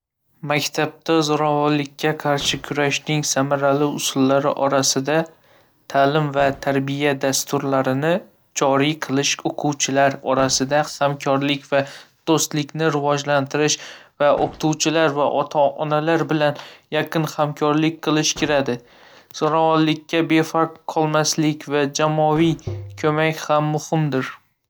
Maktabda zo‘ravonlikka qarshi kurashning samarali usullari orasida ta'lim va tarbiyaviy dasturlarni joriy qilish, o‘quvchilar orasida hamkorlik va do‘stlikni rivojlantirish va o‘qituvchilar va ota-onalar bilan yaqin hamkorlik qilish kiradi. Zo‘ravonlikka befarq qolmaslik va jamoaviy ko‘mak ham muhimdir.